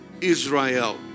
Israel